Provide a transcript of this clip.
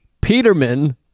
Peterman